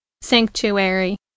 Sanctuary